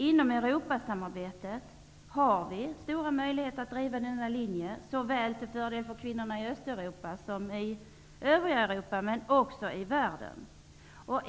Inom Europasamarbetet har vi stora möjligheter att driva denna linje, till fördel för kvinnorna såväl i Östeuropa som i övriga Europa, men också i världen.